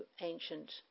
ancient